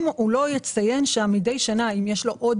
הוא צריך לציין מדי שנה אם יש לו עוד